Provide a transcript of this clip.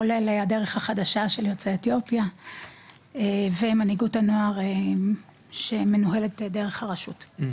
כולל "הדרך החדשה" של יוצאי אתיופיה ומנהיגות הנוער שמנוהלת דרך הרשות.